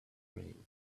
dream